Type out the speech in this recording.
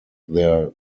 their